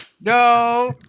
No